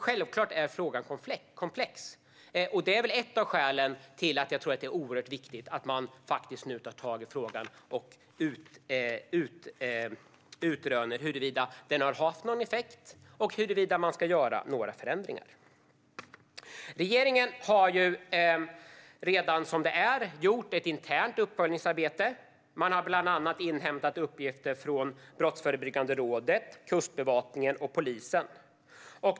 Självklart är frågan komplex, och det är väl ett av skälen till att det är oerhört viktigt att man nu tar tag i den och utröner huruvida lagstiftningen har haft någon effekt och huruvida man ska göra några ändringar. Regeringen har redan gjort ett internt uppföljningsarbete. Man har bland annat inhämtat uppgifter från Brottsförebyggande rådet, Kustbevakningen och polisen.